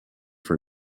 for